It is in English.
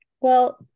Well-